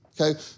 Okay